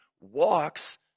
walks